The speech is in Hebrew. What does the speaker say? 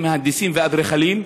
מהנדסים ואדריכלים,